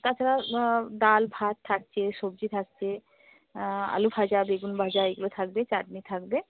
তাছাড়া ডাল ভাত থাকছে সবজি থাকছে আলুভাজা বেগুনভাজা এগুলো থাকবে চাটনি থাকবে